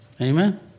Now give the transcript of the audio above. amen